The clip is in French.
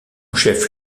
chef